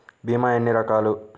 భీమ ఎన్ని రకాలు?